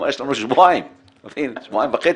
יש לנו שבועיים וחצי,